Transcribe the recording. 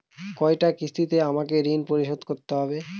কয়টা কিস্তিতে আমাকে ঋণ পরিশোধ করতে হবে?